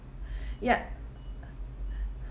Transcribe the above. yup